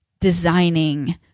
designing